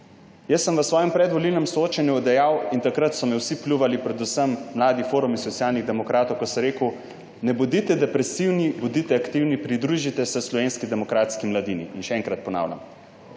Jaz sem v svojem predvolilnem soočanju dejal in takrat so me vsi pljuvali, predvsem mladi forum iz Socialnih demokratov, ko sem rekel, da ne bodite depresivni, bodite aktivni, se pridružite Slovenski demokratski mladini. In še enkrat ponavljam.